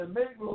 make